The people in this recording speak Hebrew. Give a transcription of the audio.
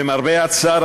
למרבה הצער,